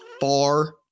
far